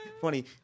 Funny